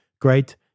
great